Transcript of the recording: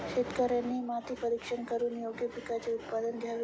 शेतकऱ्यांनी माती परीक्षण करून योग्य पिकांचे उत्पादन घ्यावे